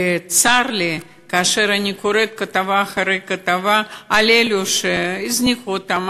צר לי כאשר אני קוראת כתבה אחרי כתבה על אלו שהזניחו אותם,